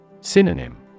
Synonym